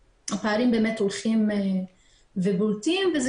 אם נתמקד בחברה הערבית אז הפערים הולכים ובולטים וזה